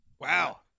Wow